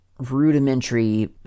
rudimentary